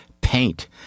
paint